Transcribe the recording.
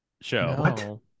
show